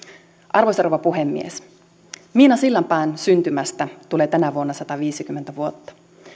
arvoisa rouva puhemies miina sillanpään syntymästä tulee tänä vuonna sataviisikymmentä vuotta